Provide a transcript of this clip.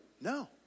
No